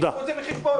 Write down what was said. קחו את זה בחשבון.